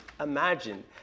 imagine